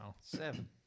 Seven